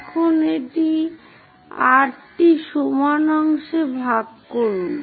এখন এটি 8 সমান অংশে ভাগ করুন